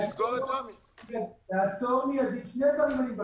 אני מבקש שני דברים.